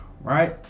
Right